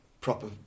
proper